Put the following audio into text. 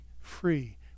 free